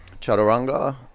Chaturanga